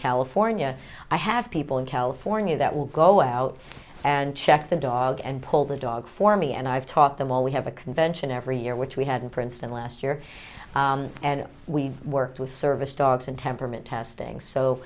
california i have people in california that will go out and check the dog and pull the dog for me and i've taught them all we have a convention every year which we had in princeton last year and we worked with service dogs and temperament testing